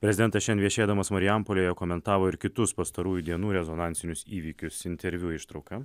prezidentas šiandien viešėdamas marijampolėje komentavo ir kitus pastarųjų dienų rezonansinius įvykius interviu ištrauka